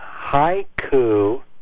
haiku